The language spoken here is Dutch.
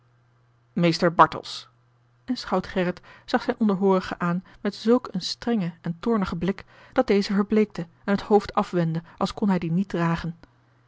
mr bartels en schout gerrit zag zijn onderhoorige aan met zulk een strengen en toornigen blik dat deze verbleekte en het hoofd afwendde als kon hij dien niet dragen